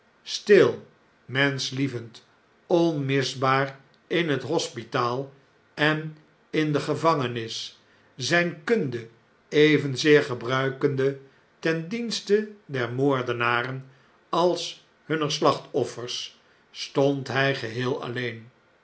stil menschlievend onmisbaar in net hospitaal en in de gevangenis zijne kunde evenzeer gebruikende ten dienste der moordenaren als hunner slachtoffers stond hij geheel alleen